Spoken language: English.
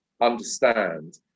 understand